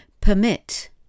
Permit